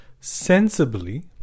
sensibly